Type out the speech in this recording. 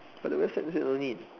but the website said no need